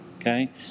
okay